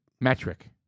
Metric